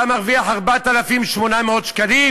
אתה מרוויח 4,800 שקלים?